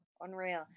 Unreal